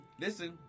Listen